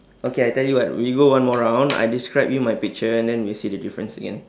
okay I tell you what we go one more round I describe you my picture and then we see the difference again